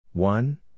One